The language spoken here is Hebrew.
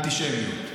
באנטישמיות.